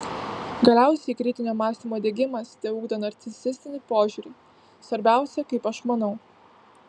galiausiai kritinio mąstymo diegimas teugdo narcisistinį požiūrį svarbiausia kaip aš manau